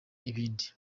ibindi